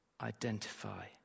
identify